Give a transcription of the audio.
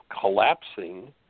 collapsing